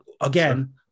again